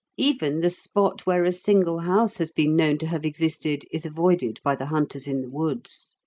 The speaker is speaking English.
even the spot where a single house has been known to have existed, is avoided by the hunters in the woods.